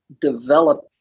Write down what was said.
develop